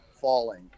falling